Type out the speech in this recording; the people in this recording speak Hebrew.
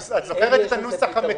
את זוכרת את הנוסח המקורי,